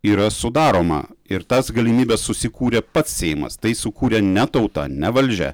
yra sudaroma ir tas galimybes susikūrė pats seimas tai sukūrė ne tauta ne valdžia